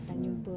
mm